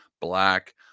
black